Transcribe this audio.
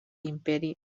imperi